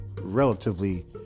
relatively